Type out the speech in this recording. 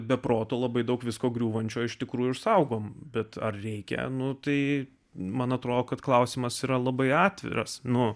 be proto labai daug visko griūvančio iš tikrųjų išsaugom bet ar reikia nu tai man atrodo kad klausimas yra labai atviras nuo